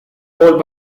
old